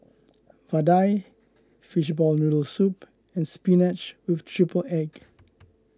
Vadai Fishball Noodle Soup and Spinach with Triple Egg